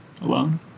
alone